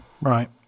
Right